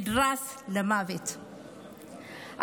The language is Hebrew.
נדרס למוות בנתניה.